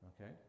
Okay